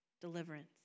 deliverance